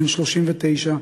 בן 39,